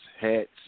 hats